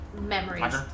memories